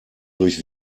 durch